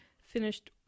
finished